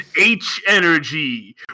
H-energy